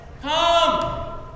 come